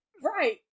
right